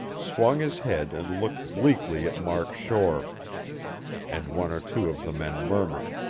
swung his head and looked bleakly at mark shore and one or two of the men murmured.